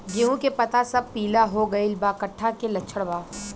गेहूं के पता सब पीला हो गइल बा कट्ठा के लक्षण बा?